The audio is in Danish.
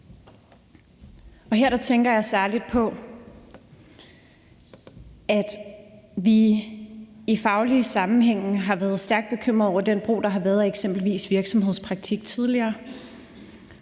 Her tænker jeg særlig på, at vi i faglige sammenhænge har været stærkt bekymrede over den brug af virksomhedspraktik, der